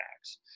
tax